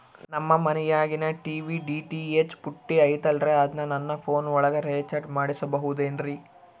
ನಮ್ಮ ಮನಿಯಾಗಿನ TV DTH ಪುಟ್ಟಿ ಐತಲ್ರೇ ಅದನ್ನ ನನ್ನ ಪೋನ್ ಒಳಗ ರೇಚಾರ್ಜ ಮಾಡಸಿಬಹುದೇನ್ರಿ?